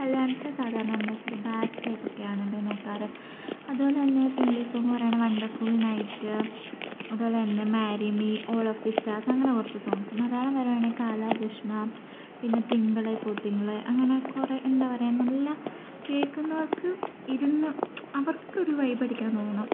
കല്ല്യാണത്തിനു സാധാരണ നമ്മൾ ഇച്ചിരി ബാസ്സ് ടൈപ്പൊക്കെയാണല്ലേ നോക്കാറ് അതുപോലെ തന്നെ ഇപ്പോൾ ഇംഗ്ലീഷ് സോങ്ങ് പറയുകയാണെങ്കിൽ വണ്ടർഫുൾ നൈറ്റ് അതുപോലെ തന്നെ marry me all of the stars അങ്ങനെ കുറച്ചു സോങ്ങ്സ് മലയാളം വരുവാണേ കാലാദുഷ്മാം പിന്നെ തിങ്കളേ പൂത്തിങ്കളെ അങ്ങനെ കുറെ എന്താ പറയുക നല്ല കേൾക്കുന്നവർക്ക് ഇരുന്ന് അവർക്കൊരു വൈബടിക്കാൻ തോന്നണം